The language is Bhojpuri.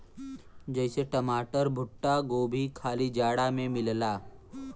जइसे मटर, भुट्टा, गोभी खाली जाड़ा मे मिलला